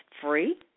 free